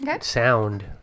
sound